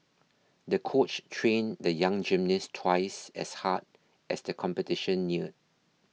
the coach trained the young gymnast twice as hard as the competition neared